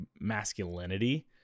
masculinity